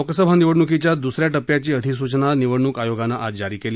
लोकसभा निवडणुकीच्या दुसऱ्या टप्प्याची अधिसूचना निवडणुक आयोगानं आज जारी केली